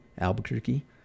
Albuquerque